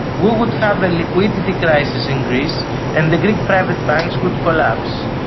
we would have a liquidity crisis in greece and the greek private banks would collapse.